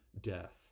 death